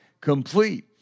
complete